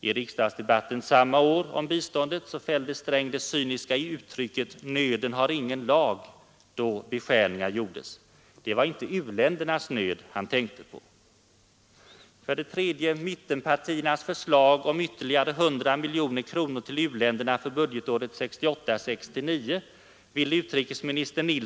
I riksdagsdebatten samma år om biståndet fällde herr Sträng det cyniska uttrycket ”nöden har ingen lag”, då beskärningar gjordes. Det var inte u-ländernas nöd han tänkte på. Mittenpartiernas förslag om ytterligare 100 miljoner kronor till u-länderna för budgetåret 1968/69 avslogs prompt.